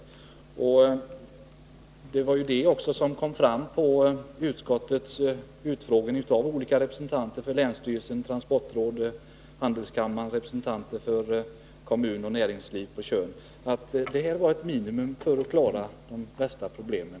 Det kom också fram under utskottsutfrågningen med deltagande av representanter från länsstyrelsen, transportrådet, handelskammaren samt representanter för kommunen och näringslivet på Tjörn.